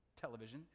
television